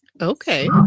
Okay